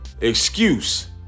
Excuse